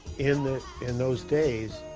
in those in those days